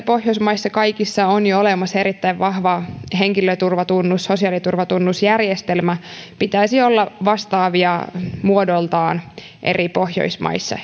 pohjoismaissa kaikissa on jo olemassa erittäin vahva henkilöturvatunnus sosiaaliturvatunnusjärjestelmä niiden pitäisi olla vastaavia muodoltaan eri pohjoismaissa